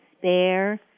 despair